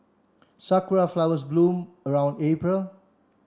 sakura flowers bloom around April